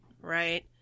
right